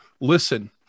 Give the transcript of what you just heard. listen